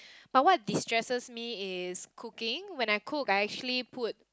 but what distresses me is cooking when I cook I actually put